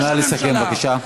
נא לסכם, בבקשה.